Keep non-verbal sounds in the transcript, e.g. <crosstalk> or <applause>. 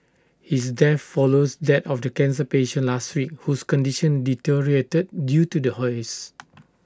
his death follows that of the cancer patient last week whose condition deteriorated due to the haze <noise>